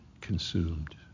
consumed